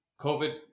COVID